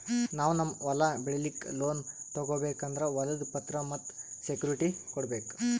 ನಾವ್ ನಮ್ ಹೊಲ ಬೆಳಿಲಿಕ್ಕ್ ಲೋನ್ ತಗೋಬೇಕ್ ಅಂದ್ರ ಹೊಲದ್ ಪತ್ರ ಮತ್ತ್ ಸೆಕ್ಯೂರಿಟಿ ಕೊಡ್ಬೇಕ್